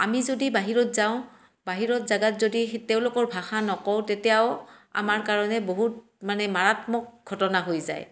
আমি যদি বাহিৰত যাওঁ বাহিৰত জেগাত যদি তেওঁলোকৰ ভাষা নকওঁ তেতিয়াও আমাৰ কাৰণে বহুত মানে মাৰাত্মক ঘটনা হৈ যায়